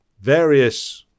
various